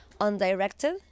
undirected